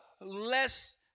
less